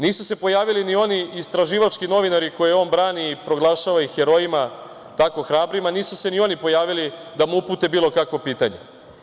Nisu se pojavili ni oni istraživački novinari koje on brani, proglašava ih herojima, tako hrabrima, nisu se ni oni pojavili da mu upute bilo kakvo pitanje.